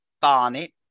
Barnet